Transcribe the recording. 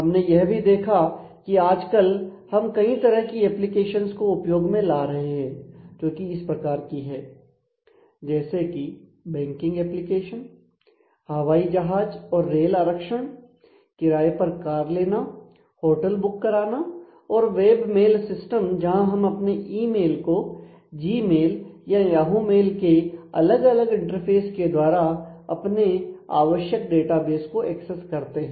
हमने यह भी देखा कि आजकल हम कई तरह की एप्लीकेशंस को उपयोग में ला रहे हैं जोकि इसी प्रकार की हैं जैसे कि बैंकिंग एप्लीकेशन हवाई जहाज और रेल आरक्षण किराए पर कार लेना होटल बुक कराना और वेबमेल सिस्टम जहां हम अपने ई मेल को जीमेल या याहू मेल के अलग अलग इंटरफेस के द्वारा अपने आवश्यक डेटाबेस को एक्सेस करते हैं